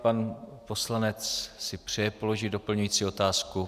Pan poslanec si přeje položit doplňující otázku.